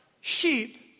sheep